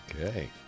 Okay